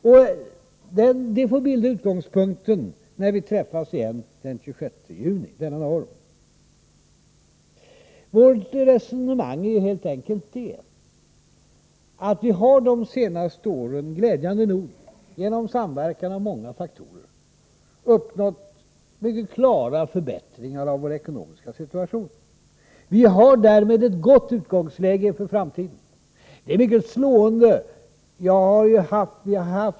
Detta får bilda utgångspunkten när vi träffas igen den 26 juni. Vårt resonemang är helt enkelt, att vi de senaste åren glädjande nog genom samverkan av många faktorer uppnått mycket klara förbättringar av vår ekonomiska situation. Vi har därmed ett gott utgångsläge inför framtiden. Det är mycket slående.